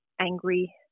angry